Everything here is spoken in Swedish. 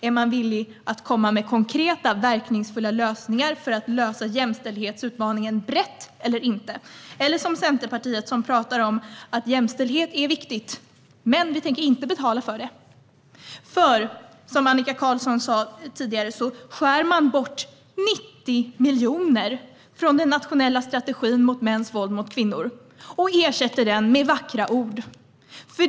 Är man villig att komma med konkreta, verkningsfulla lösningar för att möta jämställdhetsutmaningen brett eller inte? Centerpartiet pratar om att jämställdhet är viktigt, men man tänker inte betala för det. Annika Qarlsson sa tidigare att man tänker skära bort 90 miljoner från den nationella strategin mot mäns våld mot kvinnor och ersätta den med vackra ord.